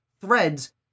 threads